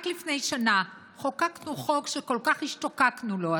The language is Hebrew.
רק לפני שנה חוקקנו חוק שכל כך השתוקקנו לו,